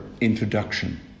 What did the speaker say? Introduction